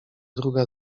druga